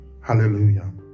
Hallelujah